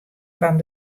fan